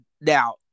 Now